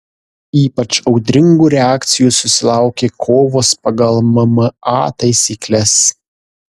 ypač audringų reakcijų susilaukė kovos pagal mma taisykles